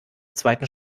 zweiten